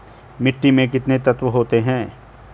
मिट्टी में कितने तत्व होते हैं?